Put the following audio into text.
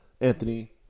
Anthony